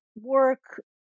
work